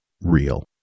real